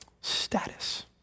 Status